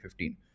2015